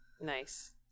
Nice